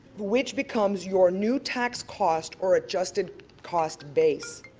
which becomes your new tax cost or adjusted cost base.